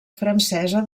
francesa